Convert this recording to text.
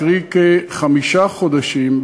קרי כחמישה חודשים,